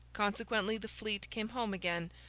consequently, the fleet came home again,